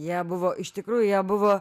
jie buvo iš tikrųjų jie buvo